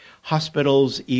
hospital's